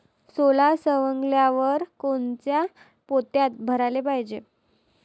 सोला सवंगल्यावर कोनच्या पोत्यात भराले पायजे?